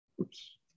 Oops